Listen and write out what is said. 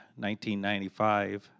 1995